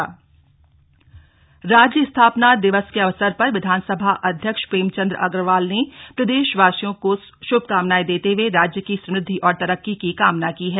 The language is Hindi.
राज्य स्थापना दिवस राज्य स्थापना दिवस के अवसर पर विधानसभा अध्यक्ष प्रेम चंद अग्रवाल ने प्रदेश वासियों को शुभकामनाएं देते हुए राज्य की समृद्वि और तरक्की की कामना की है